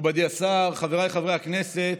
מכובדי השר, חבריי חברי הכנסת,